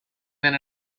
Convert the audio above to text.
than